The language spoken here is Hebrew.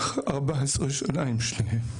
14 שנה עם שניהם.